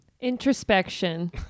Introspection